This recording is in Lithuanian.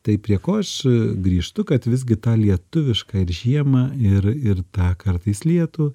tai prie ko aš grįžtu kad visgi ta lietuviška ir žiemą ir ir tą kartais lietų